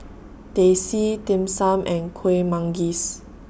Teh C Dim Sum and Kuih Manggis